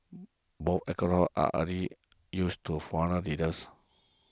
both accolades are hardly used to foreign leaders